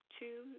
two